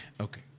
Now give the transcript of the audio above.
Okay